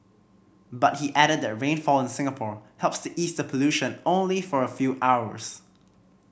but he added that rainfall in Singapore helps to ease the pollution only for a few hours